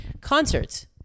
Concerts